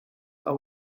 are